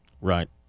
Right